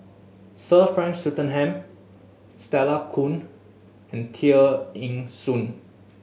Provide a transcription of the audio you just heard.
Sir Frank Swettenham Stella Kon and Tear Ee Soon